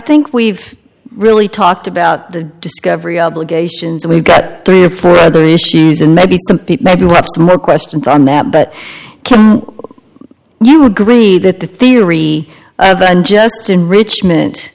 think we've really talked about the discovery obligations and we've got three or four other issues and maybe some people more questions on that but can you agree that the theory and unjust enrichment